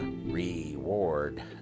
reward